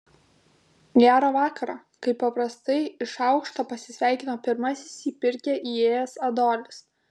gero vakaro kaip paprastai iš aukšto pasisveikino pirmasis į pirkią įėjęs adolis